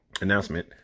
announcement